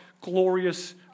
glorious